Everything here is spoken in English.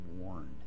warned